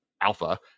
alpha